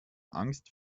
angst